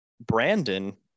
brandon